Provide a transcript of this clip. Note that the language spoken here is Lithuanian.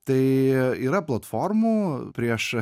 tai yra platformų prieš